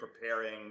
preparing